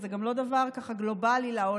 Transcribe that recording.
וזה גם לא דבר ככה גלובלי לעולם,